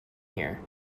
here